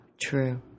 True